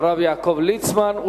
הרב יעקב ליצמן,